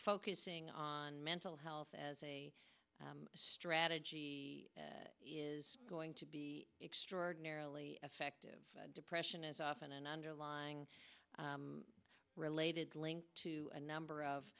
focusing on mental health as a strategy is going to be extraordinarily effective depression is often an underlying related link to a number of